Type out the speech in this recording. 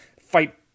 fight